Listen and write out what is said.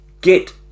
get